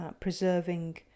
preserving